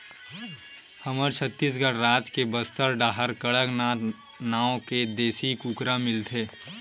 हमर छत्तीसगढ़ राज के बस्तर डाहर कड़कनाथ नाँव के देसी कुकरा मिलथे